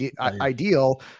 Ideal